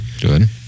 Good